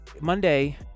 Monday